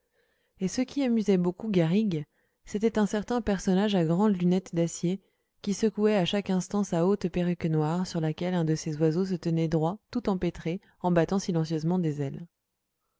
et ce qui amusait beaucoup garrigue c'était un certain personnage à grandes lunettes d'acier qui secouait à chaque instant sa haute perruque noire sur laquelle un de ces oiseaux se tenait droit tout empêtré en battant silencieusement des ailes